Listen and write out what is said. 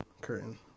curtain